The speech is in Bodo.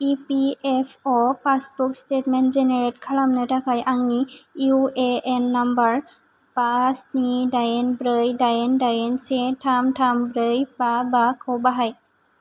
इपिएफअ पासबुक स्टेटमेन्ट जेनरेट खालामनो थाखाय आंनि इउएएन नाम्बार बा स्नि दाइन ब्रै दाइन दाइन से थाम थाम ब्रै बा बा खौ बाहाय